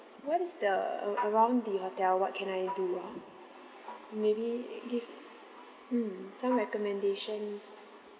what is the a~ around the hotel what can I do ah maybe give mm some recommendations